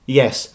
yes